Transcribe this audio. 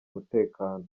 umutekano